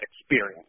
experience